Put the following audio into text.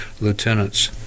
lieutenants